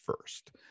first